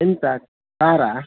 ಎಂತ ಕಾರಾ